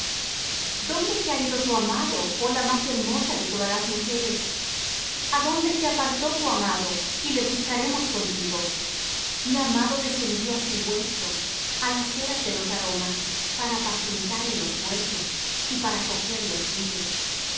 donde se ha ido tu amado oh la más hermosa de todas las mujeres adónde se apartó tu amado y le buscaremos contigo mi amado descendió á su huerto á las eras de los aromas para apacentar en los huertos y para coger los lirios